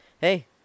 Hey